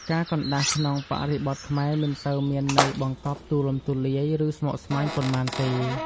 ការកណ្ដាស់ក្នុងបរិបទខ្មែរ មិនសូវមានន័យបង្កប់ទូលំទូលាយ ឬស្មុគស្មាញប៉ុន្មានទេ។